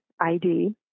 ID